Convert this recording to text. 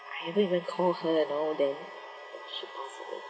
I haven't even called her you know then she pass away